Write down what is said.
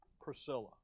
Priscilla